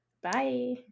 Bye